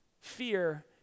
fear